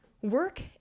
Work